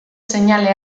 seinale